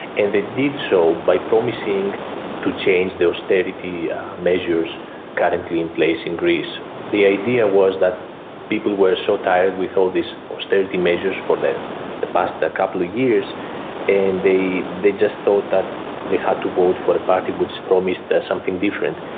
and they did so by promising to change the austerity measures currently in place in greece. the idea was that people were so tired with all these austerity measures for the the past couple of years and they they just thought that they had to vote for the party which promised something different.